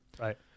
Right